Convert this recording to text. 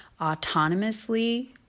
autonomously